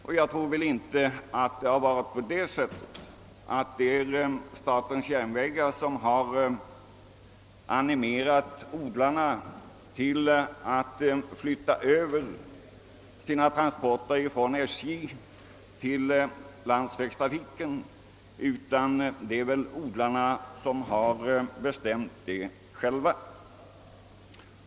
Och jag tror inte det är statens järnvägar som animerat odlarna att flytta över sina transporter till landsvägstrafiken, utan det är väl odlarna själva som bestämt bytet.